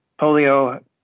Polio